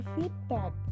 feedback